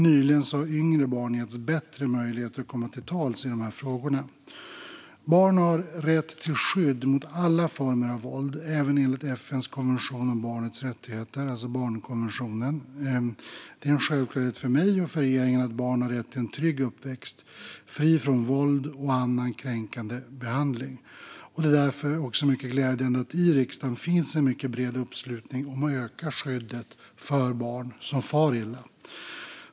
Nyligen har yngre barn getts bättre möjligheter att komma till tals i dessa frågor. Barn har rätt till skydd mot alla former av våld, även enligt FN:s konvention om barnets rättigheter, det vill säga barnkonventionen. Det är en självklarhet för mig och regeringen att barn har rätt till en trygg uppväxt fri från våld och annan kränkande behandling. Det är därför mycket glädjande att det finns en bred uppslutning i riksdagen om att öka skyddet mot att barn far illa.